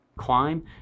Climb